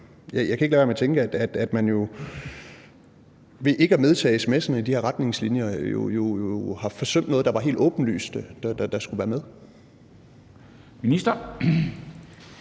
jeg kan ikke lade være med at tænke, at man ved ikke at medtage sms'erne i de her retningslinjer jo har forsømt noget det var helt åbenlyst der skulle være med. Kl.